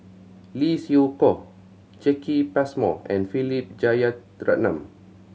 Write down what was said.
Lee Siew Choh Jacki Passmore and Philip Jeyaretnam